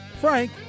Frank